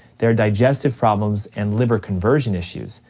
they're digestive problems and liver conversion issues.